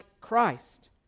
Christ